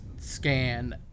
scan